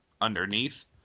underneath